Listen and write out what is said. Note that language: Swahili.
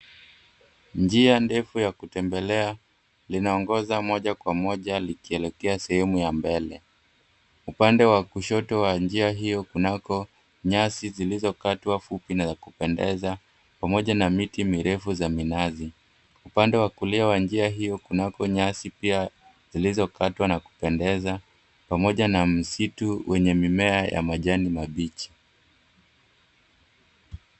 Njia ndefu ya kutembelea linaongoza moja kwa moja likielekea sehemu ya mbele. Upande wa kushoto wa njia hiyo kunako nyasi zilizokatwa fupi na za kupendeza pamoja na miti mirefu za minazi. Upande wa kulia wa njia hiyo kunako nyasi pia zilizokatwa na kupendeza pamoja na msitu wenye mimea ya majanimabichi.